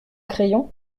crayon